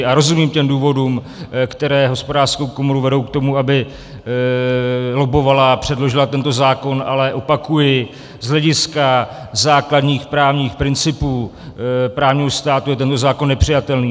A rozumím těm důvodům, které Hospodářskou komoru vedou k tomu, aby lobbovala a předložila tento zákon, ale opakuji, z hlediska základních právních principů právního státu je tento zákon nepřijatelný.